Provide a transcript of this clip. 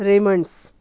raymond's